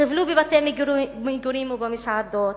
חיבלו בבתי מגורים ובמסעדות,